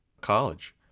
college